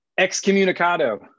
Excommunicado